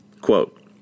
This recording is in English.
Quote